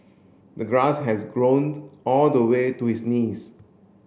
the grass has grown all the way to his knees